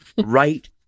right